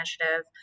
initiative